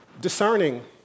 discerning